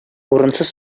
урынсыз